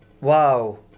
Wow